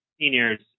seniors